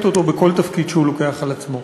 אותו בכל תפקיד שהוא לוקח על עצמו.